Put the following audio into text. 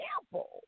example